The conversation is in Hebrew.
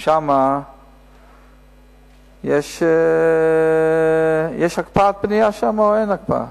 שם יש הקפאת בנייה או שאין הקפאת בנייה?